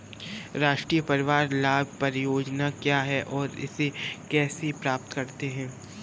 राष्ट्रीय परिवार लाभ परियोजना क्या है और इसे कैसे प्राप्त करते हैं?